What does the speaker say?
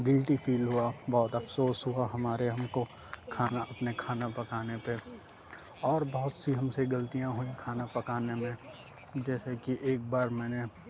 گلٹی feel ہُوا بہت افسوس ہُوا ہمارے ہم کو کھانا اپنے کھانا پکانے پہ اور بہت سی ہم سی غلطیاں ہوئیں کھانا پکانے میں جیسے کہ ایک بار میں نے